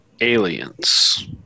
Aliens